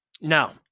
Now